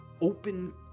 open